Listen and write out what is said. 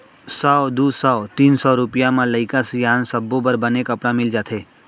सौ, दू सौ, तीन सौ रूपिया म लइका सियान सब्बो बर बने कपड़ा मिल जाथे